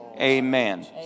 Amen